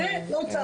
וזה - לא צעצוע.